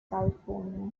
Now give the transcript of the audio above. california